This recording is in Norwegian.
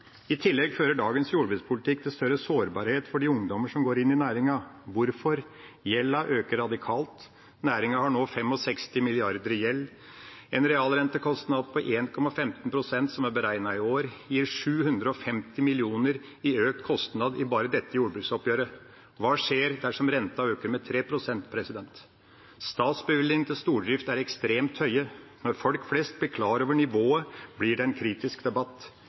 I tillegg fører dagens jordbrukspolitikk til større sårbarhet for ungdommene som går inn i næringen. Hvorfor? Jo, gjelda øker radikalt. Næringen har nå 65 mrd. kr i gjeld. En realrentekostnad på 1,15 pst., som er beregnet i år, gir 750 mill. kr i økt kostnad bare i dette jordbruksoppgjøret. Hva skjer dersom renten øker med 3 pst. Statsbevilgningene til stordrift er ekstremt høye. Når folk flest blir klar over nivået, blir det en kritisk debatt.